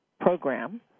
program